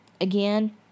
Again